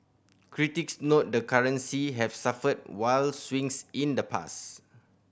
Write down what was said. critics note the currency has suffered wild swings in the past